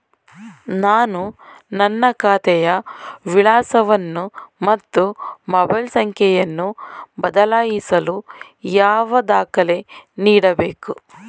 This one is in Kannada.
ನಾನು ನನ್ನ ಖಾತೆಯ ವಿಳಾಸವನ್ನು ಮತ್ತು ಮೊಬೈಲ್ ಸಂಖ್ಯೆಯನ್ನು ಬದಲಾಯಿಸಲು ಯಾವ ದಾಖಲೆ ನೀಡಬೇಕು?